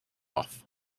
off